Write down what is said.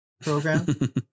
program